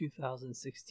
2016